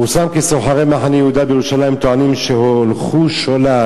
פורסם כי סוחרי מחנה-יהודה בירושלים טוענים כי הולכו שולל